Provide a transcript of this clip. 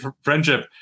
friendship